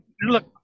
look